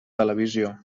televisió